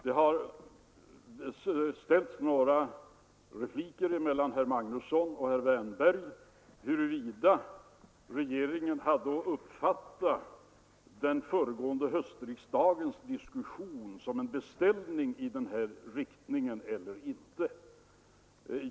Det har växlats några repliker mellan herr Magnusson i Borås och herr Wärnberg om huruvida regeringen hade att uppfatta den föregående höstriksdagens diskussion som en beställning i den här riktningen eller inte.